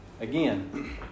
Again